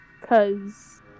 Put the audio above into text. Cause